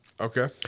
Okay